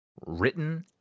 Written